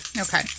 Okay